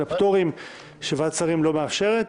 על הפטורים שוועדת שרים לא מאפשרת.